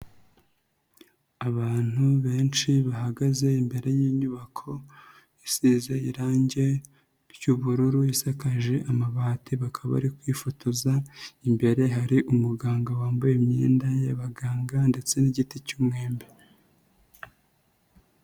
Abantu benshi bahagaze imbere y'inyubako isize irangi ry'ubururu, isakaje amabati, bakaba bari kwifotoza, imbere hari umuganga wambaye imyenda y'abaganga ndetse n'igiti cy'umwembe.